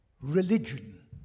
religion